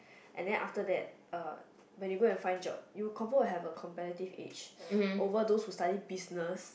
and then after that uh when you go and find job you confirm will have a competitive edge over those who study business